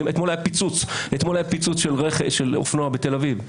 אתמול היה פיצוץ של אופנוע בתל אביב.